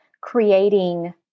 creating